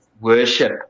worship